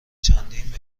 چندین